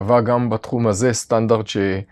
קבע גם בתחום הזה סטנדרט ש...